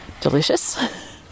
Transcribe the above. delicious